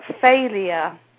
failure